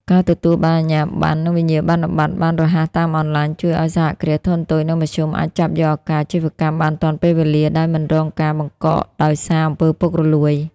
ការទទួលបានអាជ្ញាបណ្ណ និងវិញ្ញាបនបត្របានរហ័សតាមអនឡាញ ជួយឱ្យ សហគ្រាសធុនតូច និងមធ្យម អាចចាប់យកឱកាសអាជីវកម្មបានទាន់ពេលវេលា ដោយមិនរងការបង្កកដោយសារ អំពើពុករលួយ។